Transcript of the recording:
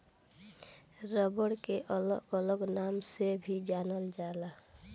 rubber के अलग अलग नाम से भी जानल जाला